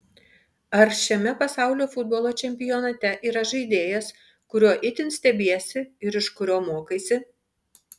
ar šiame pasaulio futbolo čempionate yra žaidėjas kuriuo itin stebiesi ir iš kurio mokaisi